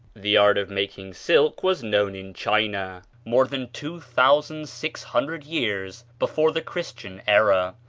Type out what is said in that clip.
the art of making silk was known in china more than two thousand six hundred years before the christian era,